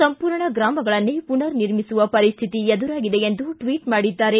ಸಂಪೂರ್ಣ ಗ್ರಾಮಗಳನ್ನೇ ಪುನರ್ ನಿರ್ಮಿಸುವ ಪರಿಸ್ತಿತಿ ಎದುರಾಗಿದೆ ಎಂದು ಟ್ವಿಟ್ ಮಾಡಿದ್ದಾರೆ